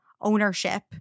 ownership